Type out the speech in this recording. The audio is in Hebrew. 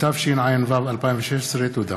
התשע"ו 2016. מי בעד ומי נגד?